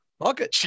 Okay